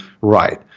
right